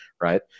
right